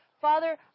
Father